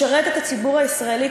לשרת את הציבור הישראלי,